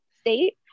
state